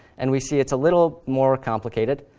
and we see it's a little more complicated,